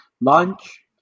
lunch